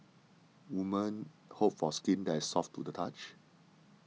women hope for skin that is soft to the touch